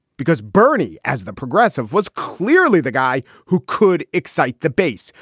because bernie, as the progressive, was clearly the guy who could excite the base,